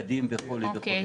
בגדים וכו' וכו'.